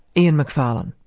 ian macfarlane.